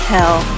Hell